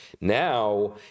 Now